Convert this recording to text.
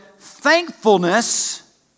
Thankfulness